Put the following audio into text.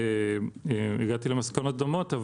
והגעתי למסקנות דומות.